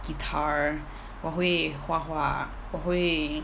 guitar 我会画画我会